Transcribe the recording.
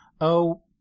Oh